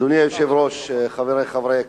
אדוני היושב-ראש, חברי חברי הכנסת,